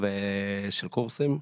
של קורסים.